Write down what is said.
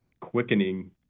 quickening